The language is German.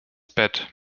bett